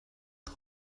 den